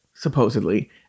supposedly